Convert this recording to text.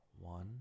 one